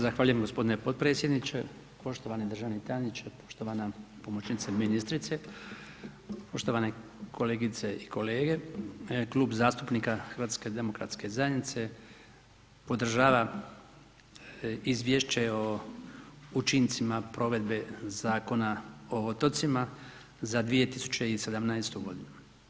Zahvaljujem gospodine podpredsjedniče, poštovani državni tajniče, poštovana pomoćnice ministrice, poštovani kolegice i kolege Klub zastupnika HDZ-a podržava Izvješće o učincima provedbe Zakona o otocima za 2017. godinu.